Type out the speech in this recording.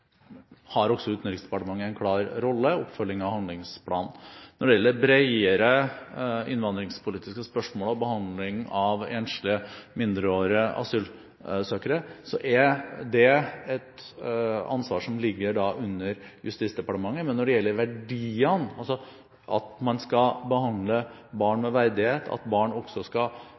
har også Utenriksdepartementet en klar rolle i oppfølging av handlingsplanen. Når det gjelder bredere innvandringspolitiske spørsmål og behandlingen av enslige mindreårige asylsøkere, er det et ansvar som ligger under Justisdepartementet. Men når det gjelder verdiene, at man skal behandle barn med verdighet, og at barn også skal